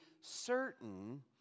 certain